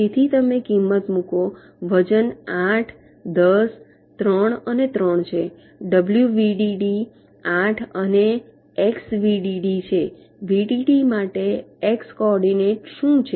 તેથી તમે કિંમત મૂકો વજન 8 10 3 અને 3 છે ડબલ્યુ વીડીડી 8 અને એક્સ વીડીડી છે વીડીડી માટે એક્સ કોઓર્ડીનેટ શું છે